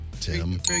Tim